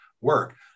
work